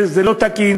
זה לא תקין,